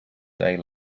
day